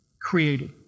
created